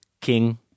King